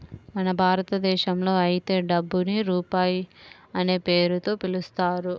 మన భారతదేశంలో అయితే డబ్బుని రూపాయి అనే పేరుతో పిలుస్తారు